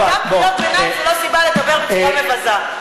גם קריאות ביניים הן לא סיבה לדבר בצורה מבזה.